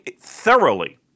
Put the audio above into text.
thoroughly